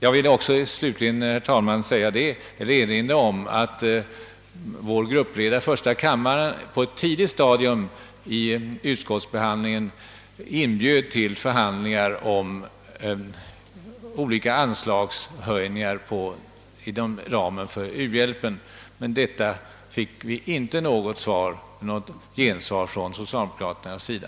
Jag vill också slutligen, herr talman, erinra om att folkpartiets gruppledare i första kammaren herr Dahlén på ett tidigt stadium av utskottsbehandlingen inbjöd till förhandlingar om olika anslagshöjningar inom ramen för u-hjälpen. På detta fick vi dock inte något gensvar från socialdemokraterna.